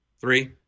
Three